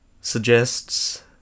Suggests